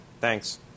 Thanks